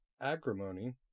Agrimony